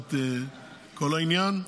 לטובת כל העניין.